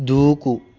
దూకు